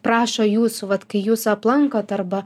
prašo jūsų vat kai jūs aplankot arba